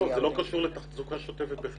זה לא קשור לתחזוקה שוטפת.